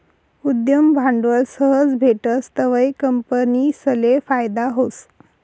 उद्यम भांडवल सहज भेटस तवंय कंपनीसले फायदा व्हस